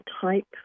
type